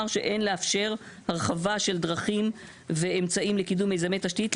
שאין לאפשר הרחבה של דרכים ואמצעים לקידום מיזמי תשתית,